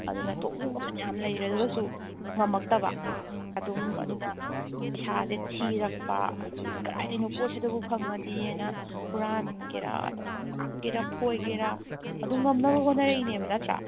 ꯑꯗꯨꯅ ꯇꯣꯛꯅꯤꯡꯕ ꯐꯅꯌꯥꯝ ꯂꯩꯔꯒꯁꯨ ꯉꯝꯂꯛꯇꯕ ꯑꯗꯨꯝ ꯑꯗꯨꯅ ꯅꯤꯁꯥꯁꯦ ꯊꯤꯔꯛꯄ ꯑꯗꯩꯗꯤ ꯀꯗꯥꯏꯗꯩꯅꯣ ꯄꯣꯠꯁꯤꯗꯕꯨ ꯐꯪꯂꯗꯤꯅ ꯍꯨꯔꯥꯟꯒꯦꯔꯥ ꯂꯥꯛꯀꯦꯔꯥ ꯐꯣꯏꯒꯦꯔꯥ ꯑꯗꯨꯝ ꯉꯝꯅꯕ ꯍꯣꯠꯅꯔꯛꯂꯤꯅꯦꯕ ꯅꯠꯇ꯭ꯔꯥ